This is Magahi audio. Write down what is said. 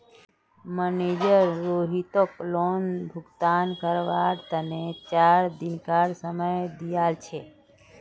मनिजर रोहितक लोन भुगतान करवार तने चार दिनकार समय दिया छे